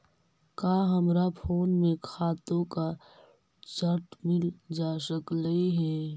का हमरा फोन में खातों का चार्ट मिल जा सकलई हे